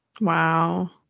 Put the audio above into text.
Wow